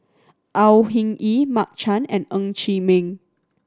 Au Hing Yee Mark Chan and Ng Chee Meng